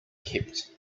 kept